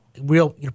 real